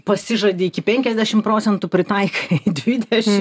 pasižadi iki penkiasdešimt procentų pritaikai dvidešimt